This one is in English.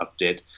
update